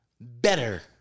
better